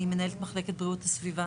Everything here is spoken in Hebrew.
אני מנהלת מחלקת בריאות הסביבה